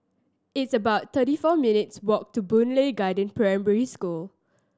it's about thirty four minutes' walk to Boon Lay Garden Primary School